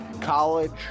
college